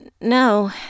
No